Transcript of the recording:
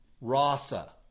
rasa